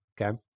Okay